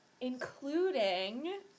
including